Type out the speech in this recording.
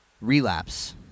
relapse